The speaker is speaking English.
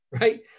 Right